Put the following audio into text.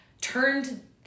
turned